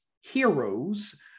heroes